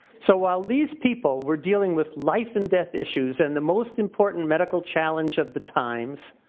so while these people were dealing with life and death issues and the most important medical challenge of the times,